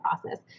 process